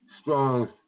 strong